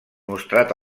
mostrat